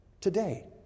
today